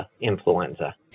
influenza